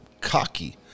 Cocky